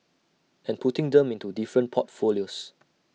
and putting them into different portfolios